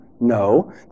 No